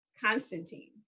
Constantine